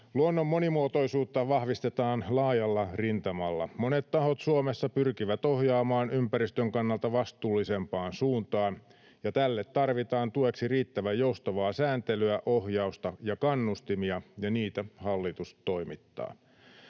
Luonnon monimuotoisuutta vahvistetaan laajalla rintamalla. Monet tahot Suomessa pyrkivät ohjaamaan ympäristön kannalta vastuullisempaan suuntaan, ja tälle tarvitaan tueksi riittävän joustavaa sääntelyä, ohjausta ja kannustimia, ja niitä hallitus toimittaa.